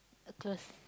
a close